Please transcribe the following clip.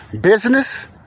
business